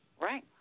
Right